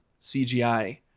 CGI